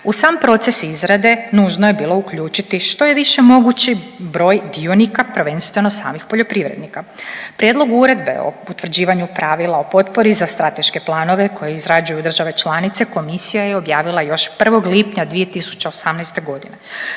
U sam proces izrade nužno je bilo uključiti što je više mogući broj dionika, prvenstveno samih poljoprivrednika. Prijedlog uredbe o potvrđivanju pravila o potpori za strateške planove koji izrađuju države članice Komisija je objavila još 1. lipnja 2018. godine.